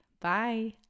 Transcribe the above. Bye